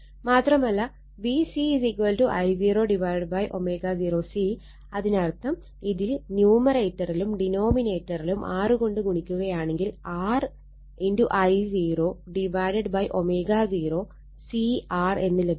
മാത്രമല്ല VC I0 ω0 C അതിനർത്ഥം ഇതിൽ ന്യൂമറേറ്ററിലും ഡിനോമിനേറ്ററിലും R കൊണ്ട് ഗുണിക്കുകയാണെങ്കിൽ R I0 ω0 C R എന്ന് ലഭിക്കും